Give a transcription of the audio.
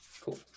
Cool